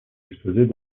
exposées